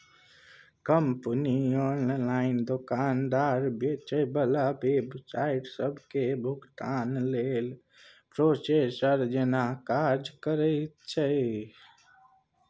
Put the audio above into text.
company online दोकानदार, बेचे बला वेबसाइट सबके भुगतानक लेल प्रोसेसर जेना काज लैत छै